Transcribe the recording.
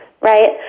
right